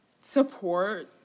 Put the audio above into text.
support